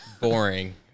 boring